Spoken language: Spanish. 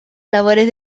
labores